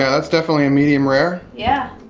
yeah that's definitely a medium rare. yeah.